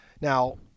Now